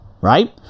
right